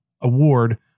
Award